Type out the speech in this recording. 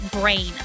Brain